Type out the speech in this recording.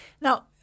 Now